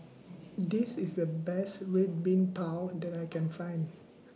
This IS The Best Red Bean Bao that I Can Find